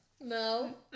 No